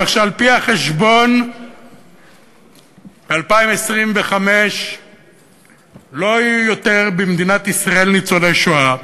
כך שעל-פי החשבון ב-2025 לא יהיו יותר במדינת ישראל ניצולי שואה.